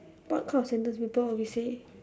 what kind of sentence people always say